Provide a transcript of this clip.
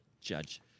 Judge